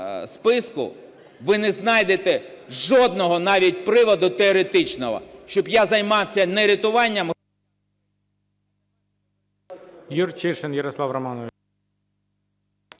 ви не знайдете жодного навіть приводу теоретичного, щоб я займався не рятуванням…